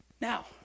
Now